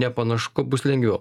nepanašu kad bus lengviau